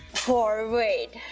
forward,